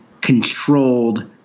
controlled